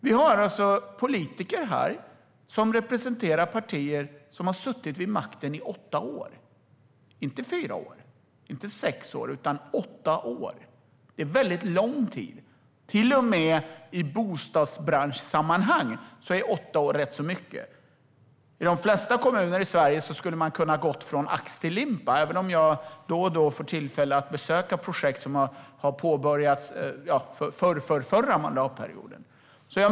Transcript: Det finns alltså politiker här som har representerat partier som har suttit vid makten i åtta år - inte fyra år, inte sex år utan åtta år. Det är väldigt lång tid. Till och med i bostadsbranschsammanhang är åtta år rätt så mycket. I de flesta kommuner i Sverige hade man kunnat gå från ax till limpa, även om jag då och då får tillfälle att besöka projekt som påbörjades under förrförrförra mandatperioden.